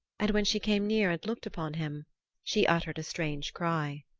and when she came near and looked upon him she uttered a strange cry.